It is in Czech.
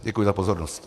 Děkuji za pozornost.